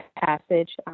passage